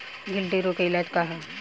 गिल्टी रोग के इलाज का ह?